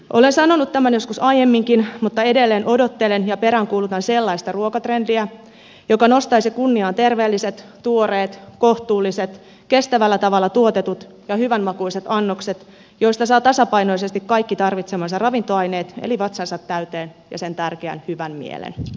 olen sanonut tämän joskus aiemminkin mutta edelleen odottelen ja peräänkuulutan sellaista ruokatrendiä joka nostaisi kunniaan terveelliset tuoreet kohtuulliset kestävällä tavalla tuotetut ja hyvänmakuiset annokset joista saa tasapainoisesti kaikki tarvitsemansa ravintoaineet eli vatsansa täyteen ja sen tärkeän hyvän mielen